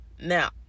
Now